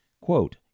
Quote